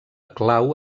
clau